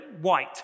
white